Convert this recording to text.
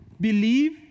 Believe